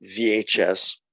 VHS